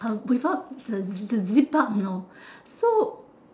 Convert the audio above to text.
uh without the the zip up you know so